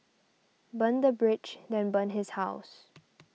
burn the bridge then burn his house